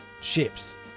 ships